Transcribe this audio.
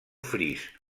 fris